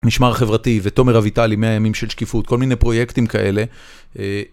משמר חברתי ותומר אביטל מהימים של שקיפות, כל מיני פרויקטים כאלה.